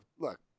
look